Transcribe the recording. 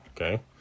Okay